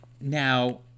now